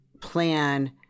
plan